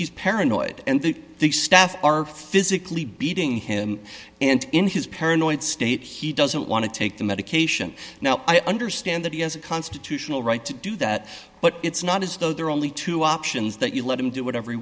he's paranoid and the staff are physically beating him and in his paranoid state he doesn't want to take the medication now i understand that he has a constitutional right to do that but it's not as though there are only two options that you let him do whatever he